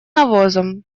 навозом